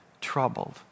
troubled